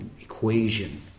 equation